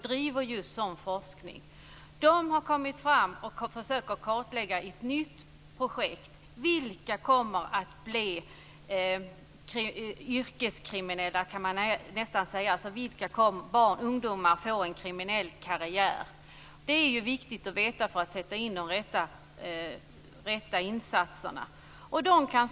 Där har man genom ett nytt projekt försökt att kartlägga vilka som kommer att bli yrkeskriminella. Vilka ungdomar kommer att göra en kriminell karriär? Det är viktigt att veta för att man ska kunna sätta in de rätta åtgärderna.